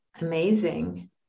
Amazing